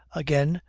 again,